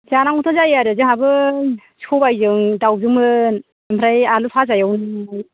जानांगौथ' जायो आरो जोंहाबो सबायजों दाउजोंमोन ओमफ्राय आलु फाजा एवनाय